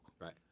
Right